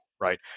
Right